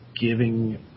giving